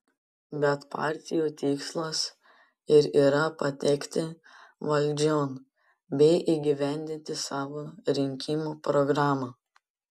bet partijų tikslas ir yra patekti valdžion bei įgyvendinti savo rinkimų programą